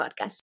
podcast